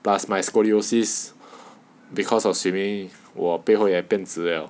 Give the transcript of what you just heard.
plus my scoliosis because of swimming 我背后也变直 liao